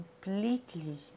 completely